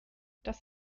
das